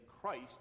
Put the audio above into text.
Christ